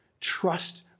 Trust